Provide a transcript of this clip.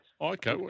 Okay